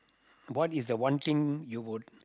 what is the one thing you would